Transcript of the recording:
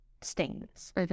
stains